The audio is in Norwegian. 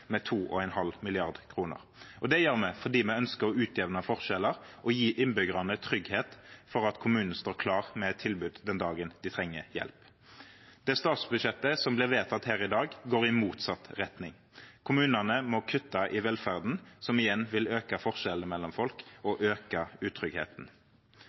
Det gjør vi fordi vi ønsker å utjevne forskjeller og gi innbyggerne trygghet for at kommunen står klar med et tilbud den dagen de trenger hjelp. Det statsbudsjettet som blir vedtatt her i dag, går i motsatt retning. Kommunene må kutte i velferden, noe som igjen vil øke forskjellene mellom folk og øke utryggheten.